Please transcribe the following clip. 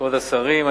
כבוד השרים,